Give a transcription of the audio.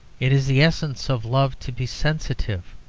it is the essence of love to be sensitive,